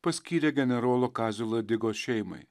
paskyrė generolo kazio ladigos šeimai